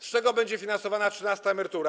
Z czego będzie finansowana trzynasta emerytura?